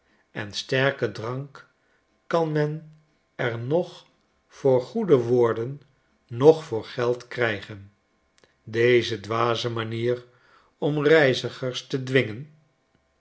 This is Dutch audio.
en sterken drank kan men er noch voor goede woorden noch voor geld krijgen deze dwaze manier om reizigers te dwingen